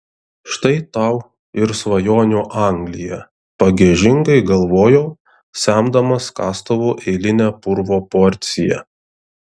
štai tau ir svajonių anglija pagiežingai galvojau semdamas kastuvu eilinę purvo porciją